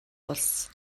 улс